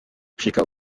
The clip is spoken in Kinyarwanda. gushika